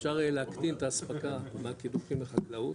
אפשר יהיה להקטין את האספקה מהקידוחים לחקלאות,